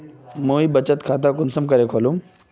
मुई बचत खता कुंसम करे खोलुम?